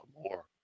more